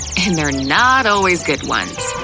and they're not always good ones.